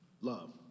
love